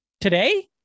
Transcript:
today